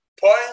Point